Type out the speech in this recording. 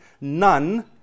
none